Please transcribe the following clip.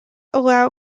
allow